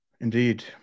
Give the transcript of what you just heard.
Indeed